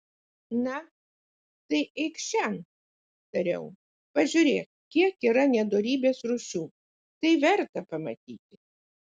na tai eikš šen tariau pažiūrėk kiek yra nedorybės rūšių tai verta pamatyti